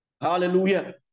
Hallelujah